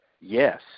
yes